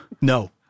No